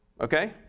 okay